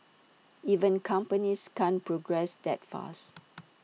even companies can't progress that fast